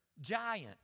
giant